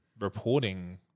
Reporting